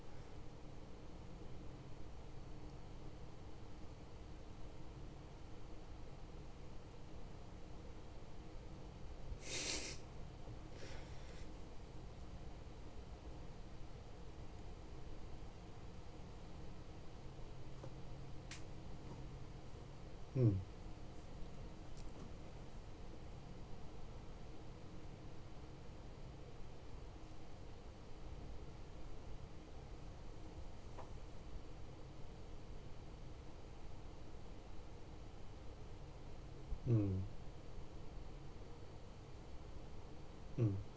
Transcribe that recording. mm mm mm